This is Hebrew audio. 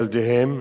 ילדיהם,